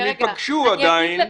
הרי הם עדיין ייפגשו.